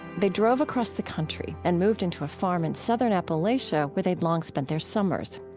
they drove across the country and moved into a farm in southern appalachia, where they had long spent their summers.